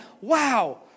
wow